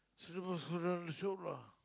so the boss close down the shop lah